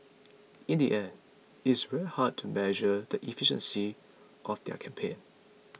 in the end it is very hard to measure the efficiency of their campaign